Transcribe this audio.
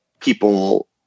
people